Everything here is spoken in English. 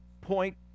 point